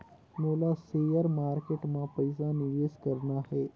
मोला share market मां पइसा निवेश करना हे?